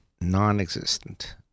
non-existent